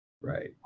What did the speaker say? Right